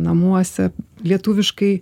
namuose lietuviškai